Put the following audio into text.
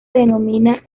denomina